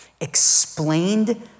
explained